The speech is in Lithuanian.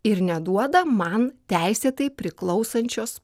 ir neduoda man teisėtai priklausančios